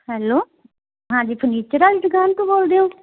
hello ਹਾਂਜੀ furniture ਵਾਲੀ ਦੁਕਾਨ ਤੋਂ ਬੋਲਦੇ ਹੋ